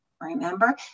remember